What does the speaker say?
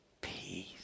peace